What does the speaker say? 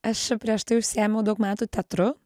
aš prieš tai užsiėmiau daug metų teatru